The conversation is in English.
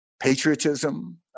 patriotism